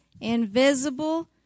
invisible